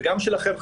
וגם שלכם,